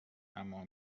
اما